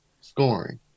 scoring